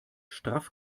straff